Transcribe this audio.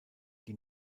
die